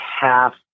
half